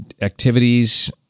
activities